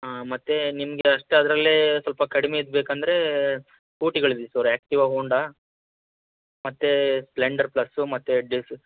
ಹಾಂ ಮತ್ತು ನಿಮಗೆ ಅಷ್ಟೇ ಅದರಲ್ಲೇ ಸ್ವಲ್ಪ ಕಡ್ಮೆದು ಬೇಕೆಂದ್ರೆ ಸ್ಕೂಟಿಗಳಿದೆ ಸರ್ ಆ್ಯಕ್ಟಿವ ಹೋಂಡ ಮತ್ತು ಸ್ಪ್ಲೆಂಡರ್ ಪ್ಲಸ್ಸು ಮತ್ತು ಡಿಸ್